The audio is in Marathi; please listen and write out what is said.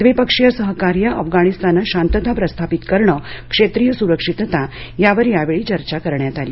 द्विपक्षीय सहकार्य अफगाणिस्तानात शांतता प्रस्थापित करण क्षेत्रीय सुरक्षितता यावर यावेळी चर्चा करण्यात आली